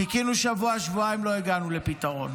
חיכינו שבוע, שבועיים, לא הגענו לפתרון,